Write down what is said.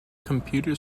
commuter